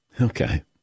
Okay